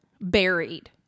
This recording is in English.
buried